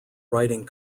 writing